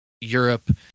Europe